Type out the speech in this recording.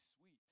sweet